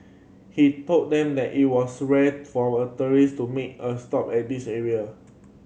he told them that it was rare for a tourist to make a stop at this area